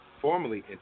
formally